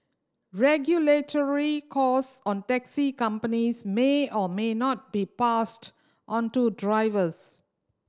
regulatory cost on taxi companies may or may not be passed onto drivers